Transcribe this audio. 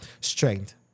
strength